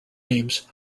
names